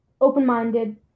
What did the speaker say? open-minded